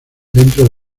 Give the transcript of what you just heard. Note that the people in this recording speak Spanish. dentro